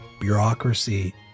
bureaucracy